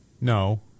No